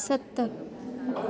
सत